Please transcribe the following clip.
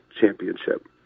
championship